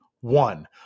one